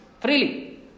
freely